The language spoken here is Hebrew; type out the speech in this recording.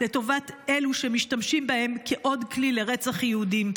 לטובת אלו שמשתמשים בהם כעוד כלי לרצח יהודים.